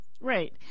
right